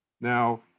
Now